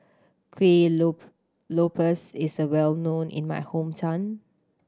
kueh lope lopes is well known in my hometown